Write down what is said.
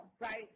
right